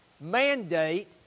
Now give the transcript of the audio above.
mandate